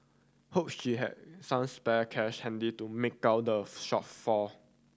hope she had some spare cash handy to make out the shortfall